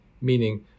meaning